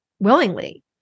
Willingly